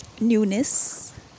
newness